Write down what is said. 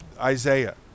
Isaiah